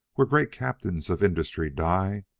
where great captains of industry die,